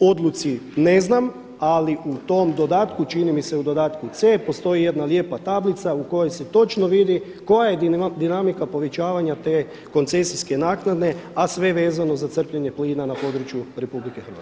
odluci ne znam, ali u tom dodatku, čini mi se u dodatku C postoji jedna lijepa tablica u kojoj se točno vidi koja je dinamika povećavanja te koncesijske naknade, a sve vezano za crpljenje plina na području Republike Hrvatske.